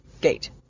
Gate